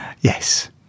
Yes